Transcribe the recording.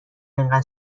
انقدر